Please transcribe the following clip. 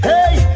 Hey